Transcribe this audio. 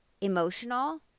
emotional